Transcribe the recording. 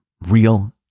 real